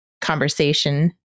conversation